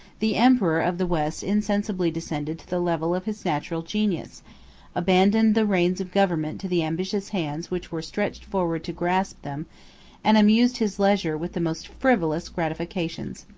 the emperor of the west insensibly descended to the level of his natural genius abandoned the reins of government to the ambitious hands which were stretched forwards to grasp them and amused his leisure with the most frivolous gratifications.